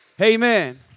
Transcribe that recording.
Amen